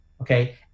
Okay